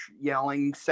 yelling